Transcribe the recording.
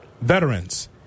veterans